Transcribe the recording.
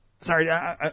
Sorry